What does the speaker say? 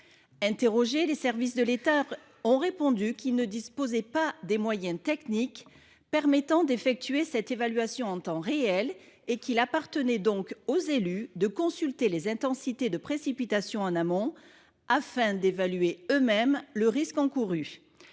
Interrogés, les services de l’État ont répondu qu’ils ne disposaient pas des moyens techniques permettant de réaliser cette évaluation en temps réel et qu’il appartenait aux élus de consulter les intensités de précipitation en amont afin d’évaluer eux mêmes le risque encouru.